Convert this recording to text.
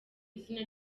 izina